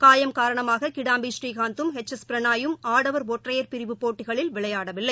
காயம் காரணமாக கிடாம்பி ஸ்ரீகாந்தும் ஹெச் எஸ் பிரனாயும் ஆடவர் ஒற்றையர் பிரிவு போட்டிகளில் விளையாடவில்லை